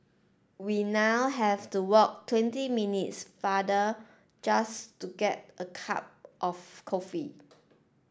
we now have to walk twenty minutes farther just to get a cup of coffee